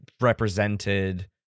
represented